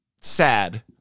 sad